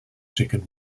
second